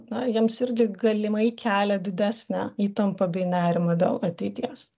na jiems irgi galimai kelia didesnę įtampą bei nerimą dėl ateities